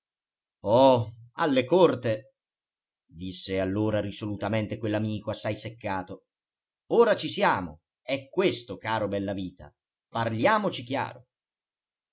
alle corte disse allora risolutamente quell'amico assai seccato ora ci siamo è questo caro bellavita parliamoci chiaro